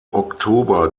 oktober